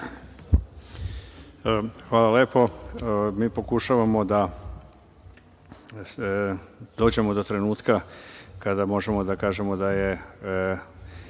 Hvala lepo. Mi pokušavamo da dođemo do trenutka kada možemo da kažemo da je